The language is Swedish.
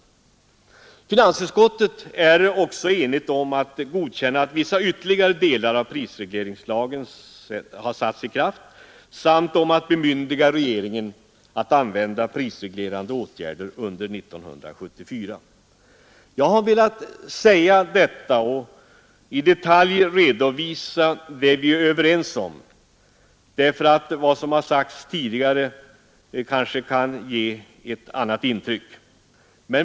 Finansutskottet är också enigt om att godkänna att vissa ytterligare delar av prisregleringslagen satts i kraft samt om att bemyndiga regeringen att använda prisreglerande åtgärder under år 1974. Jag har velat i detalj redovisa vad vi är överens om, därför att det som här tidigare sagts kan ge ett annat intryck.